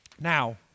Now